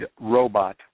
robot